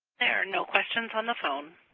there are no questions on the phone.